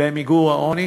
למיגור העוני.